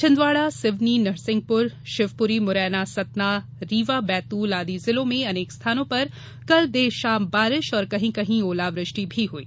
छिंदवाड़ा सिवनी नरसिंहपुर शिवपुरी मुरैना सतना रीवा बैतूल आदि जिलों में अनेक स्थानों पर कल देर शाम बारिश और कहीं कहीं ओलावृष्टि भी हुयी